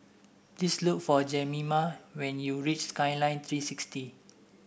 please look for Jemima when you reach Skyline Three sixty